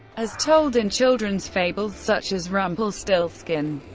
as told in children's fables such as rumpelstiltskin,